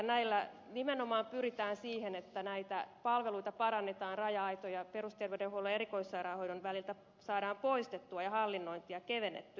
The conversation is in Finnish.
näillä nimenomaan pyritään siihen että näitä palveluita parannetaan ja raja aitoja perusterveydenhuollon ja erikoissairaanhoidon väliltä saadaan poistettua ja hallinnointia kevennettyä